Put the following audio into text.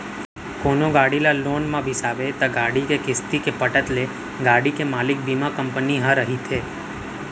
कोनो गाड़ी ल लोन म बिसाबे त गाड़ी के किस्ती के पटत ले गाड़ी के मालिक बीमा कंपनी ह रहिथे